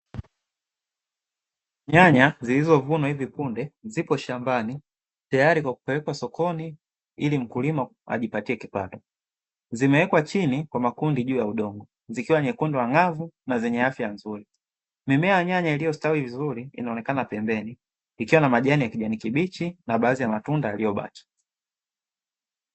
Nyanya zilizovunwa hivi punde zipo shambani tayari kwa kupelekwa sokoni ili mkulima ajipatie kipato zimewekwa chini kwa makundi juu ya udongo zikiwa nyekundu na zenye afya nzuri, mimea ya nyanya iliyostawi vizuri inaonekana pembeni ikiwa na majani ya kijani kibichi na baadhi ya matunda yaliyobaki.